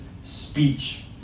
speech